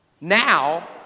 Now